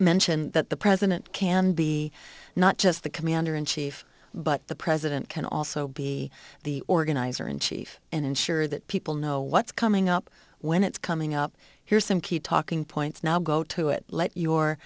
mentioned that the president can be not just the commander in chief but the president can also be the organizer in chief and ensure that people know what's coming up when it's coming up here's some key talking points now go to it let your